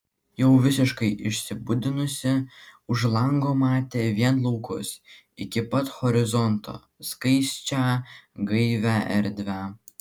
jau visiškai išsibudinusi už lango matė vien laukus iki pat horizonto skaisčią gaivią erdvę